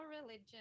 religion